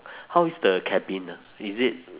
how is the cabin ah is it